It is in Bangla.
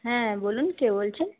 হ্যাঁ বলুন কে বলছেন